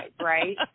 right